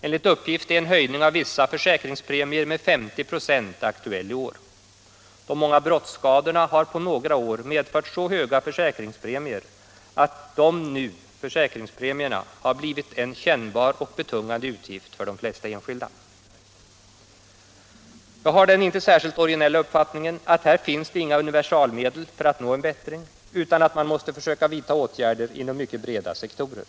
Enligt uppgift är en höjning av dessa försäkringspremier med 50 96 aktuell i år. De många brottsskadorna har på några år medfört så höga försäkringspremier att dessa nu har blivit en kännbar och betungande utgift för de flesta enskilda. Jag har den inte särskilt originella uppfattningen att här finns det inga universalmedel för att nå en bättring, utan att man måste söka vidta åtgärder inom mycket breda sektorer.